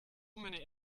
many